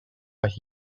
but